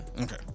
Okay